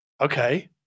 Okay